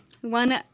one